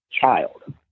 child